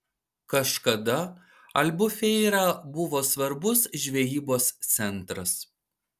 kažkada albufeira buvo svarbus žvejybos centras